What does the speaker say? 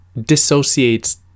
dissociates